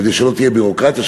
כדי שלא תהיה ביורוקרטיה,